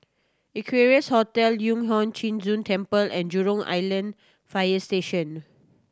Equarius Hotel Yu Huang Zhi Zun Temple and Jurong Island Fire Station